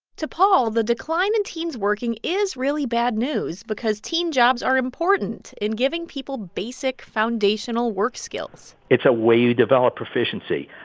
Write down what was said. to paul, the decline in teens working is really bad news because teen jobs are important in giving people basic foundational work skills it's a way to develop proficiency.